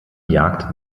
jagd